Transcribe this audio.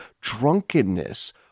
drunkenness